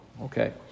Okay